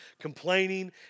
complaining